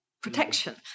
protection